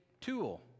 tool